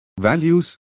values